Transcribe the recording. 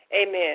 Amen